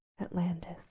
Atlantis